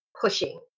Pushing